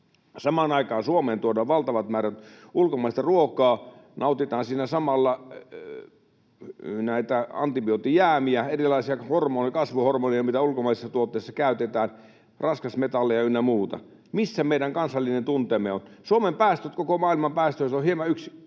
Samaan aikaan Suomeen tuodaan valtavat määrät ulkomaista ruokaa, nautitaan siinä samalla antibioottijäämiä, erilaisia kasvuhormoneja, mitä ulkomaisissa tuotteissa käytetään, ja raskasmetalleja ynnä muuta. Missä meidän kansallinen tunteemme on? Suomen päästöt koko maailman päästöistä ovat hieman yli